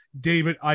David